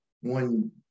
one